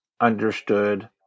understood